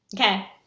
Okay